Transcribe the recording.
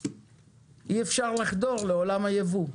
אי אפשר לחדור לעולם היבוא.